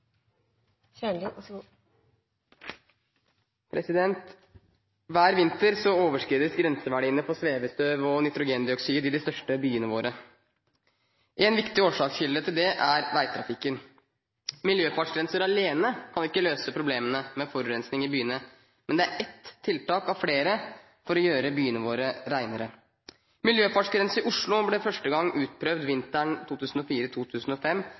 i de største byene våre. En viktig årsakskilde til det er veitrafikken. Miljøfartsgrenser alene kan ikke løse problemene med forurensning i byene, men det er ett tiltak av flere for å gjøre byene våre renere. Miljøfartsgrense i Oslo ble første gang utprøvd vinteren